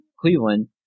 Cleveland